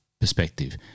perspective